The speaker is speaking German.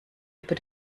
über